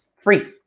free